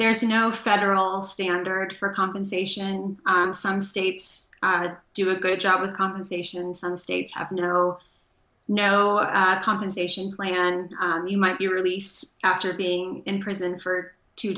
there's no federal standard for compensation some states do a good job with compensation some states have no no compensation plan and you might be released after being in prison for two